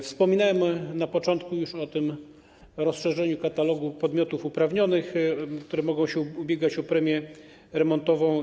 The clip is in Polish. Wspominałem już na początku o rozszerzeniu katalogu podmiotów uprawnionych, które mogą się ubiegać o premię remontową.